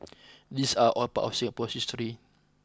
these are all part of Singapore's history